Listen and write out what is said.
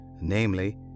namely